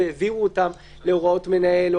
והעבירו אותם להוראות מנהל.